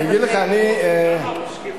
שקיפות.